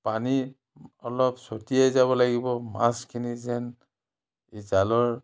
পানী অলপ ছটিয়াই যাব লাগিব মাছখিনি যেন সি জালৰ